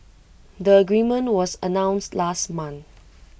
the agreement was announced last month